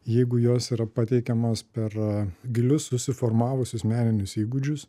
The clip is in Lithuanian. jeigu jos yra pateikiamos per gilius susiformavusius meninius įgūdžius